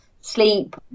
sleep